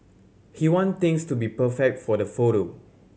he want things to be perfect for the photo